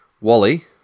Wally